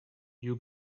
you